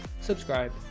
subscribe